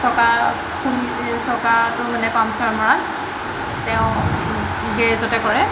চকা ফুল চকাটো মানে পামচাৰ মৰা তেওঁ গেৰেজতে কৰে